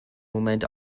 moment